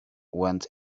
went